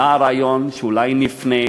שאולי נפנה